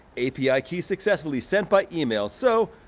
api key successfully sent by email. so,